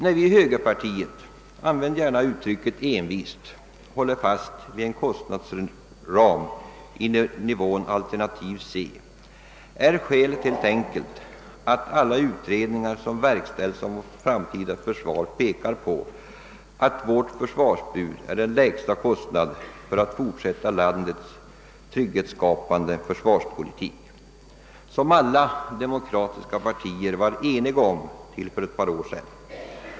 När vi i högerpartiet — använd i sammanhanget gärna uttrycket envist -— håller fast vid en kostnadsram i nivån alternativ C är skälet helt enkelt att alla utredningar som verkställts om det framtida försvaret pekar på att vårt försvarsbud innebär den lägsta kostnaden för att kunna fortsätta den trygghetsskapande försvarspolitik, som alla demokratiska partier var eniga om till för ett par år sedan.